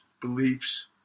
beliefs